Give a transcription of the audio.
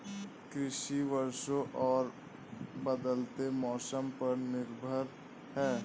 कृषि वर्षा और बदलते मौसम पर निर्भर है